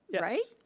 yeah right?